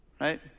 right